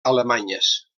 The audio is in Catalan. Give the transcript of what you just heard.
alemanyes